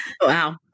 Wow